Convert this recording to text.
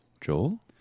Joel